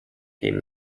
came